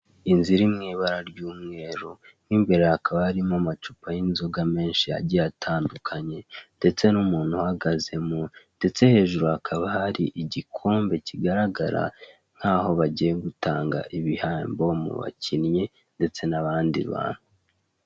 Inzu iri mu ibara ry'umweru mo imbere hakaba harimo amacupa y'inzoga menshi agiye atandukanye ndetse n'umuntu uhagazemo ndetse hejuru hakaba hari igikombe kigaragara nkaho bagiye gutanga ibihembo mu bakinnyi ndetse n'abandi bantu.